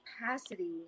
capacity